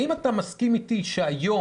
האם אתה מסכים אתי שהיום